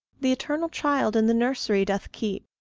the eternal child in the nursery doth keep.